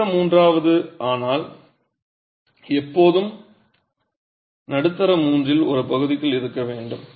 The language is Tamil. நடுத்தர மூன்றாவது ஆனால் எப்போதும் நடுத்தர மூன்றில் ஒரு பகுதிக்குள் இருக்க வேண்டும்